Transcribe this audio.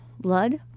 blood